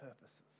purposes